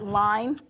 line